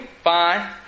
fine